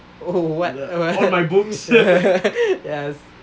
oh what what yes